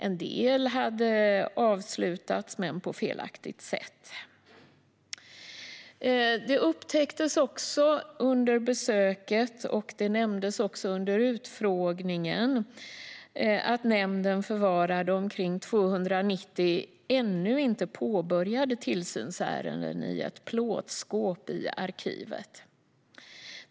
En del ärenden hade avslutats men på ett felaktigt sätt. Det upptäcktes under besöket och nämndes också under utfrågningen att nämnden förvarade omkring 290 ännu inte påbörjade tillsynsärenden i ett plåtskåp i arkivet.